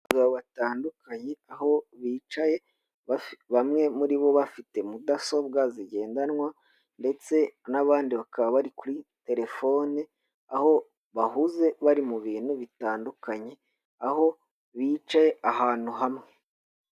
Abagabo batandukanye aho bicaye, bamwe muri bo bafite mudasobwa zigendanwa ndetse n'abandi bakaba bari kuri telefone aho bahuze bari mu bintu bitandukanye aho bicaye ahantu hamwe.